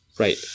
Right